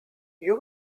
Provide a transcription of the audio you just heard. you